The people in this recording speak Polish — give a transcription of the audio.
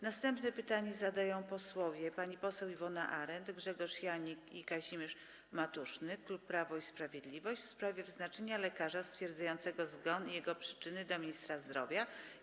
Następne pytanie zadają posłowie Iwona Arent, Grzegorz Janik i Kazimierz Matuszny, klub Prawo i Sprawiedliwość, w sprawie wyznaczania lekarza stwierdzającego zgon i jego przyczyny - do ministra zdrowia.